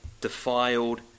defiled